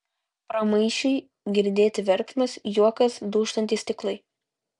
pramaišiui girdėti verksmas juokas dūžtantys stiklai